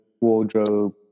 wardrobe